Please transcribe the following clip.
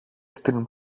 στην